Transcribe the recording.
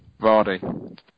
Vardy